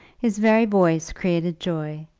his very voice created joy,